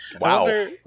Wow